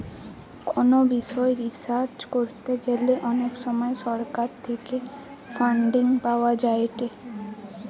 কোনো বিষয় রিসার্চ করতে গ্যালে অনেক সময় সরকার থেকে ফান্ডিং পাওয়া যায়েটে